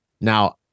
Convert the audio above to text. now